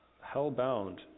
hell-bound